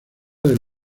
del